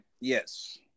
Yes